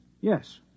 Yes